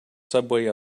subway